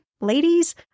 ladies